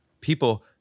People